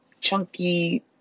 chunky